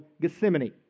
Gethsemane